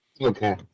okay